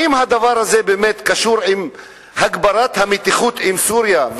האם הדבר הזה קשור להגברת המתיחות עם סוריה,